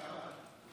כמה?